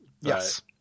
Yes